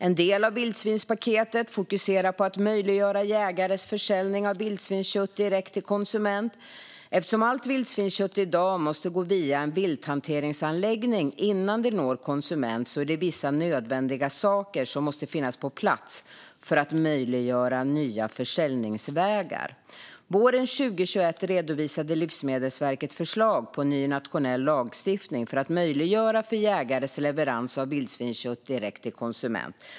En del av vildsvinspaketet fokuserar på att möjliggöra jägares försäljning av vildsvinskött direkt till konsument. Eftersom allt vildsvinskött i dag måste gå via en vilthanteringsanläggning innan det når konsument är det vissa nödvändiga saker som måste finnas på plats för att möjliggöra nya försäljningsvägar. Våren 2021 redovisade Livsmedelsverket förslag på ny nationell lagstiftning för att möjliggöra för jägares leverans av vildsvinskött direkt till konsument.